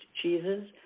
cheeses